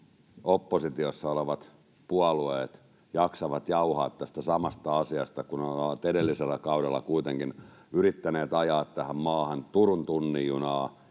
oppositiossa olevat puolueet jaksavat jauhaa tästä samasta asiasta, kun ovat edellisellä kaudella kuitenkin yrittäneet ajaa tähän maahan niin Turun tunnin junaa,